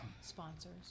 sponsors